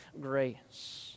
grace